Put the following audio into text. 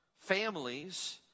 families